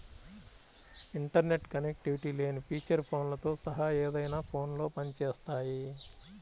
internet connectivity లేని feature ఫోన్లతో సహా ఏదైనా ఫోన్లో పని చేస్తాయి